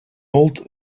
old